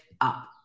up